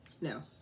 no